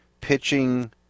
Pitching